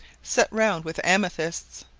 set round with amethysts.